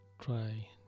Try